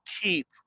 keep